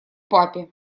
папе